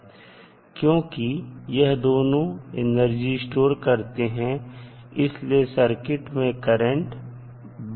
क्योंकि यह दोनों एनर्जी स्टोर करते हैं इसीलिए सर्किट में करंट बह रहा है